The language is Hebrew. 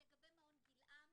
לגבי מעון 'גילעם'.